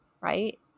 right